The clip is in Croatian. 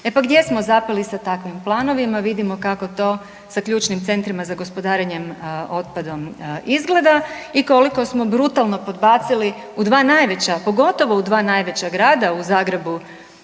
E pa gdje smo zapeli sa takvim planovima? Vidimo kako to sa ključnim centrima za gospodarenjem otpadom izgleda i koliko smo brutalno podbacili u dva najveća pogotovo u dva najveća grada u Zagrebu